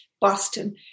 Boston